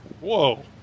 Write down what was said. Whoa